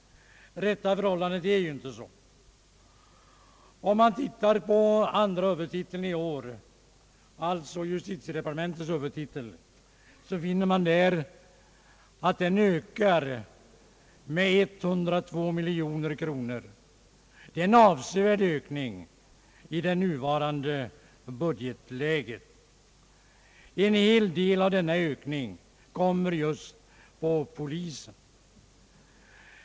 Det rätta förhållandet är inte sådant. Om man studerar justitiedepartementets huvudtitel finner man att den ökar med 102 miljoner kronor, en avsevärd ökning i det nuvarande budgetläget. En hel del av denna ökning faller just på polisen.